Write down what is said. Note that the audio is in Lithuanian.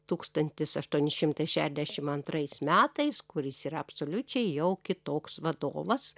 tūkstantis aštuoni šimtai šešiasdešim antrais metais kuris yra absoliučiai jau kitoks vadovas